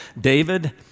David